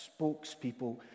spokespeople